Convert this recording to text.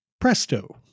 Presto